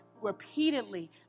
repeatedly